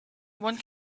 one